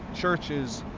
churches,